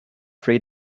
three